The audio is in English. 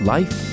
Life